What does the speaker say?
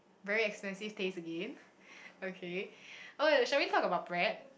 very expensive taste again okay oh wait shall we talk about bread